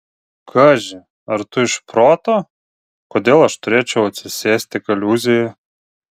kaži ar tu iš proto kodėl aš turėčiau atsisėsti kaliūzėje